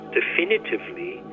definitively